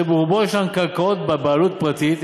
אשר ברובו יש קרקעות בבעלות פרטית,